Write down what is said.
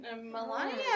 Melania